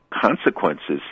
consequences